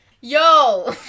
Yo